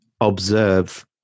observe